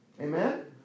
Amen